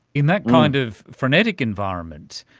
in that kind of frenetic environment,